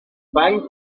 fans